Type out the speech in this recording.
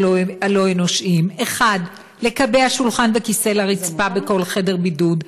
הלא-אנושיים: לקבע שולחן וכיסא לרצפה בכל חדר בידוד,